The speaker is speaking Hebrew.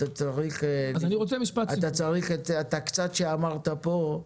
ואת הקצת שאמרת פה,